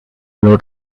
blow